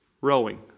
rowing